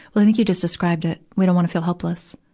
i think you just described it we don't wanna feel helpless.